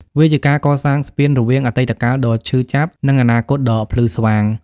វាជាការកសាងស្ពានរវាងអតីតកាលដ៏ឈឺចាប់ និងអនាគតដ៏ភ្លឺស្វាង។